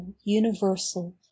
universal